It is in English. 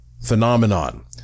phenomenon